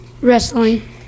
Wrestling